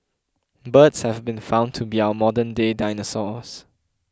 birds have been found to be our modernday dinosaurs